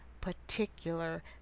particular